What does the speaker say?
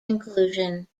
conclusion